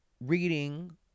reading